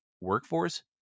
workforce